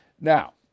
Now